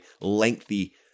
lengthy